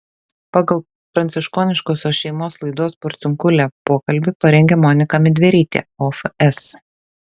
pagal pranciškoniškosios šeimos laidos porciunkulė pokalbį parengė monika midverytė ofs